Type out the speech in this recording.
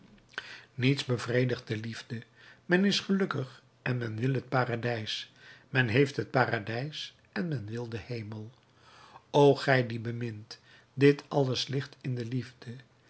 niets bevredigt de liefde men is gelukkig en men wil het paradijs men heeft het paradijs en men wil den hemel o gij die bemint dit alles ligt in de liefde